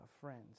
friends